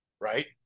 right